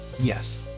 Yes